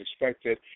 expected